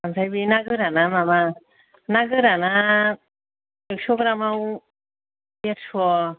आमफ्राय बे ना गोराना माबा ना गोराना एकस' ग्रामाव देरस'